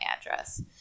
address